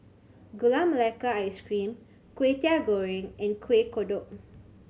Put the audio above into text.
Gula Melaka Ice Cream Kway Teow Goreng and Kueh Kodok